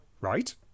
right